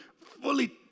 fully